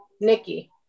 Nikki